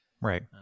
right